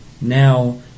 now